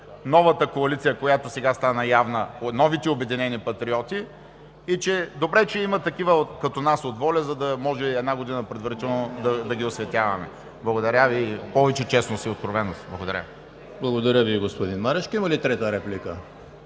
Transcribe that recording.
новата коалиция, която сега стана явна, новите „Обединени патриоти“ – добре, че има такива като нас от ВОЛЯ, за да може една година предварително да ги осветяваме. Благодаря Ви. Повече честност и откровеност! Благодаря. ПРЕДСЕДАТЕЛ ЕМИЛ ХРИСТОВ: Благодаря Ви, господин Марешки. Има ли трета реплика?